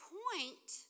point